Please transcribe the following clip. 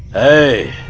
a